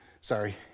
sorry